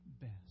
best